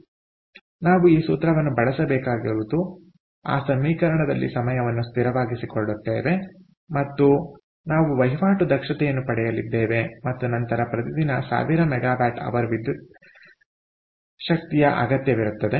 ಆದ್ದರಿಂದ ನಾವು ಈ ಸೂತ್ರವನ್ನು ಬಳಸಬೇಕಾಗಿರುವುದು ಆ ಸಮೀಕರಣದಲ್ಲಿ ಸಮಯವನ್ನು ಸ್ಥಿರವಾಗಿರಿಸಿಕೊಳ್ಳುತ್ತೇವೆ ಮತ್ತು ನಾವು ವಹಿವಾಟು ದಕ್ಷತೆಯನ್ನು ಪಡೆಯಲಿದ್ದೇವೆ ಮತ್ತು ನಂತರ ಪ್ರತಿದಿನ 1000 MWH ವಿದ್ಯುತ್ ಶಕ್ತಿಯ ಅಗತ್ಯವಿರುತ್ತದೆ